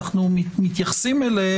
אני אומרת אולי,